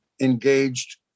engaged